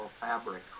Fabric